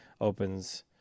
opens